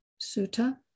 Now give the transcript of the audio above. Sutta